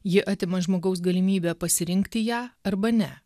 ji atima iš žmogaus galimybę pasirinkti ją arba ne